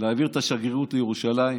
להעביר את השגרירות לירושלים,